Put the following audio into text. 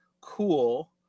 Cool